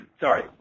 sorry